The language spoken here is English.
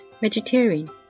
vegetarian